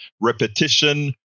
repetition